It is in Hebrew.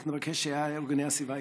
אנחנו בקשר עם ארגוני הסביבה,